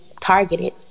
targeted